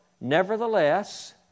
nevertheless